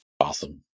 Awesome